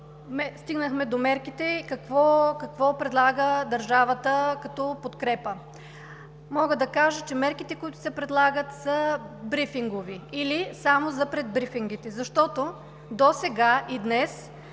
Стигнахме до мерките – какво предлага държавата като подкрепа? Мога да кажа, че мерките, които се предлагат, са брифингови или само за пред брифингите, защото, досега и днес,